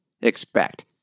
expect